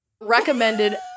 Recommended